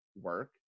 work